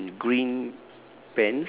and green